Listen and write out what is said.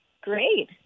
great